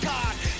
God